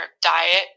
diet